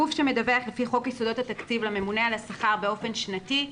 גוף שמדווח לפי יסודות התקציב לממונה על השכר באופן שנתי,